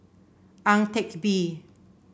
Ang Teck Bee